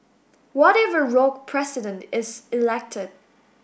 what if a rogue president is elected